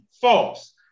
false